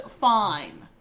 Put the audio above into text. fine